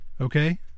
Okay